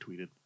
tweeted